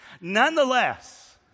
Nonetheless